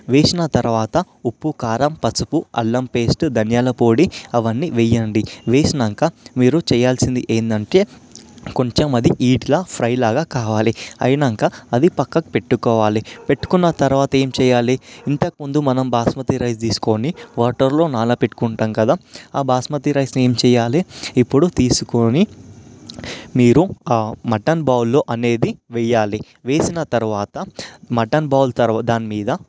వేసిన తరువాత ఉప్పు కారం పసుపు అల్లం పేస్టు ధనియాల పొడి అవన్నీ వేయండి వేసాక మీరు చేయాల్సింది ఏంటంటే కొంచెం అది నీట్గా ఫ్రైలాగా కావాలి అయ్యాక అది పక్కకు పెట్టుకోవాలి పెట్టుకున్న తరువాత ఏం చేయాలి ఇంతకు ముందు మనం బాస్మతి రైస్ తీసుకొని వాటర్లో నానపెట్టుకుంటాము కదా ఆ బాస్మతి రైస్ని ఏం చేయాలి ఇప్పుడు తీసుకొని మీరు ఆ మటన్ బౌల్లో అనేది వేయాలి వేసిన తరువాత మటన్ బౌల్ తర్వా దాని మీద